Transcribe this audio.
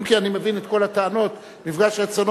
אם כי אני מבין את כל הטענות, מפגש רצונות.